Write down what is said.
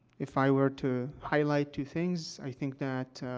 if i were to highlight two things, i think that,